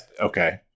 Okay